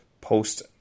post